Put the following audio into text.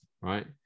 right